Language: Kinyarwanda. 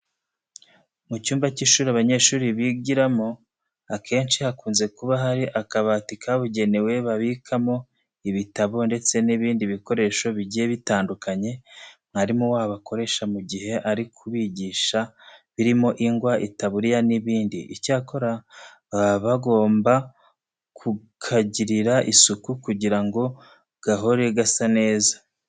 Mu cyumba cy'ishuri abanyeshuri bigiramo akenshi hakunze kuba hari akabati kabugenewe babikamo ibitabo ndetse n'ibindi bikoresho bigiye bitandukanye mwarimu wabo akoresha mu gihe ari kubigisha birimo ingwa, itaburiya n'ibindi. Icyakora baba bagombwa kukagirira isuku kugira ngo gahore gasa neza.